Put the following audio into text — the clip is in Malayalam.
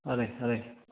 അതെ അതെ